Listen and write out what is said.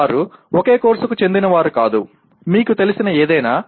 వారు ఒకే కోర్సుకు చెందినవారు కాదు మీకు తెలిసిన ఏదైనా